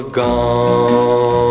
gone